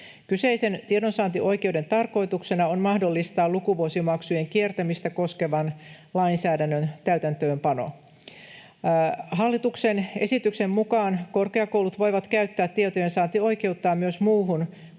Kyseisen tiedonsaantioikeuden tarkoituksena on mahdollistaa lukuvuosimaksujen kiertämistä koskevan lainsäädännön täytäntöönpano. Hallituksen esityksen mukaan korkeakoulut voivat käyttää tietojensaantioikeuttaan myös muuhun